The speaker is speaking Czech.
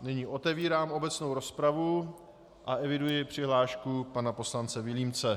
Nyní otevírám obecnou rozpravu a eviduji přihlášku pana poslance Vilímce.